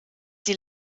sie